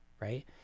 right